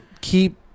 keep